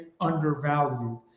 undervalued